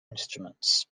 instruments